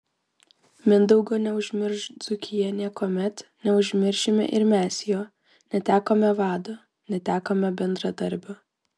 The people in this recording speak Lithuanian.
mindaugo neužmirš dzūkija niekuomet neužmiršime ir mes jo netekome vado netekome bendradarbio